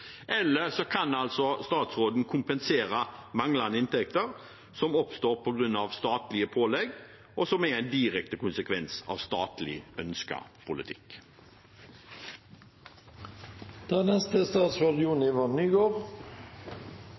eller han kan kompensere manglende inntekter som oppstår på grunn av statlige pålegg, og som er en direkte konsekvens av ønsket statlig politikk. Jeg vil starte med å vise til at alle bompengeprosjekter er